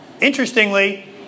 Interestingly